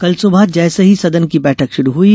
कल सुबह जैसे ही सदन की बैठक शुरू हई